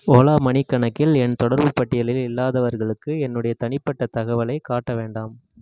Ola money கணக்கில் என் தொடர்புப் பட்டியலில் இல்லாதவர்களுக்கு என்னுடைய தனிப்பட்ட தகவலைக் காட்ட வேண்டாம்